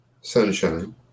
sunshine